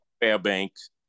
Fairbanks